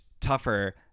tougher